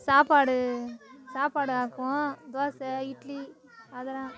சாப்பாடு சாப்பாடு ஆக்குவோம் தோசை இட்லி அதெலாம்